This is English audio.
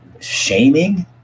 shaming